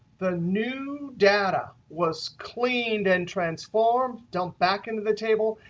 the new data was cleaned and transformed, dumped back into the table.